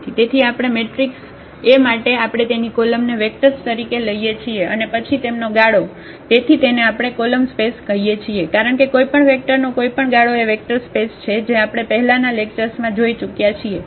તેથી આપેલ matrix A માટે આપણે તેની કોલમને વેક્ટર્સ તરીકે લઈએ છીએ અને પછી તેમનો ગાળો તેથી તેને આપણે કોલમ સ્પેસ કહીએ છીએ કારણ કે કોઈપણ વેક્ટરનો કોઈપણ ગાળો એ વેક્ટર સ્પેસ છે જે આપણે પહેલાના લેક્ચર્સમાં જોઇ ચૂક્યા છીએ